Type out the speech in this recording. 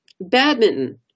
Badminton